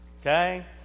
Okay